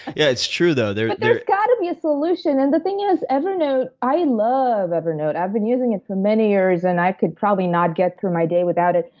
yeah it's true, though. but there's got to be a solution. and the thing is, evernote, i love evernote. i've been using it for many years, and i could, probably, not get through my day without it.